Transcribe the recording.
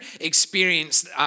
experienced